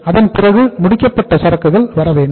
அதன்பிறகு முடிக்கப்பட்ட சரக்குகள் வரவேண்டும்